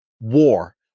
War